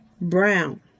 brown